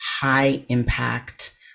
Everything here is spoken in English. high-impact